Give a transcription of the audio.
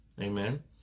Amen